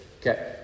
okay